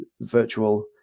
virtual